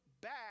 back